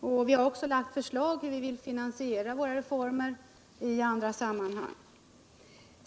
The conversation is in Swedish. förslag. Vi har också i detta sammanhang lagt fram förslag till hur vi vill finansiera de reformer vi har föreslagit.